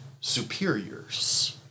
superiors